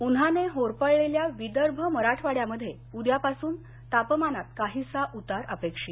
उन्हाने होरपळलेल्या विदर्भ मराठवाड्यामध्ये उद्यापासून तापमानात काहीसा उतार अपेक्षित